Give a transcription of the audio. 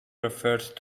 referred